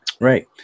Right